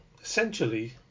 essentially